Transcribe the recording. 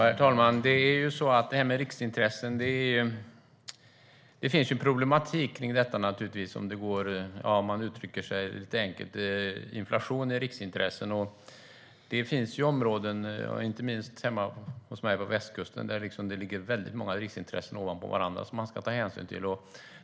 Herr talman! Det finns problem med riksintressen. Lite enkelt uttryckt går det inflation i riksintressen. Det finns områden, inte minst hemma hos mig på västkusten, där det ligger många riksintressen ovanpå varandra att ta hänsyn till.